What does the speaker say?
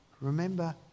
Remember